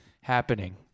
happening